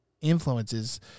influences